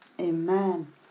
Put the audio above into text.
Amen